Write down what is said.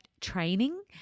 training